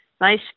nice